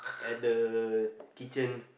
at the kitchen